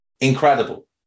Incredible